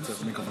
חברת הכנסת